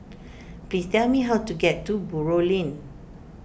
please tell me how to get to Buroh Lane